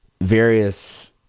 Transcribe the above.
various